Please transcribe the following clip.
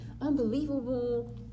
unbelievable